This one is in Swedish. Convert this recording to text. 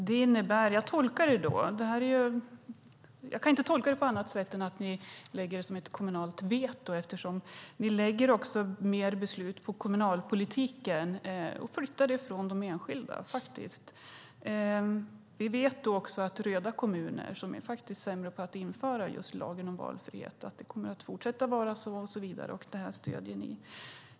Herr talman! Jag kan inte tolka detta på annat sätt än som att man lägger det som ett kommunalt veto. Ni lägger mer beslut på kommunalpolitiken och flyttar makten från de enskilda. Vi vet också att röda kommuner är sämre på att införa just lagen om valfrihet. Det kommer att fortsätta att vara så och så vidare. Och det här stöder ni.